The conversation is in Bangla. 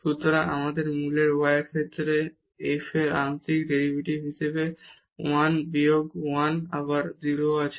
সুতরাং আমাদের মূলের y এর ক্ষেত্রে f এর আংশিক ডেরিভেটিভ হিসাবে 1 বিয়োগ 1 আবার 0 আছে